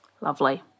Lovely